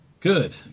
Good